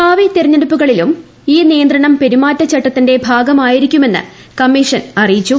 ഭാവി തെരഞ്ഞെടുപ്പുകളിലും ഈ നിയന്ത്രണം പെരുമാറ്റചട്ടത്തിന്റെ ഭാഗമായിരിക്കുമെന്ന് കമ്മീഷൻ അറിയിച്ചു